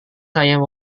saya